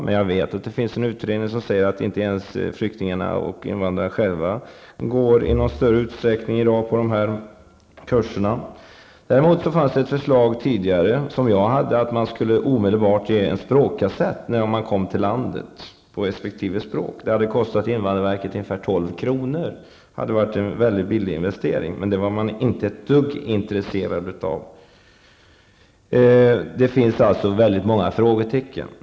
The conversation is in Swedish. Men jag vet att det finns en utredning som säger att inte ens flyktingarna och invandrarna själva i dag går i någon större utsträckning på de här kurserna. Däremot fanns det tidigare ett förslag, som jag hade väckt, om att man omedelbart skulle ge invandrarna en språkkassett på resp. språk när de kom till landet. Det hade kostat invandrarverket ungefär 12 kr., en mycket billig investering. Men det var man inte ett dugg intresserad av. Det finns allt så många frågetecken.